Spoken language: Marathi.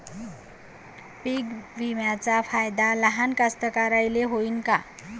पीक विम्याचा फायदा लहान कास्तकाराइले होईन का?